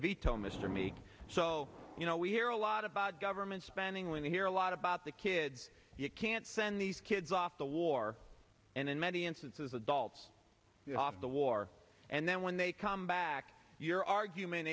veto mr meek so you know we hear a lot about government spending when they hear a lot about the kids you can't send these kids off to war and in many instances adults off the war and then when they come back your argument